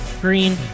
Green